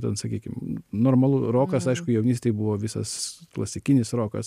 ten sakykim normalu rokas aišku jaunystėj buvo visas klasikinis rokas